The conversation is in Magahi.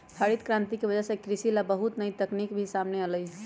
हरित करांति के वजह से कृषि ला बहुत नई तकनीक भी सामने अईलय है